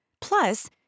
Plus